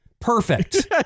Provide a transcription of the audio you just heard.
Perfect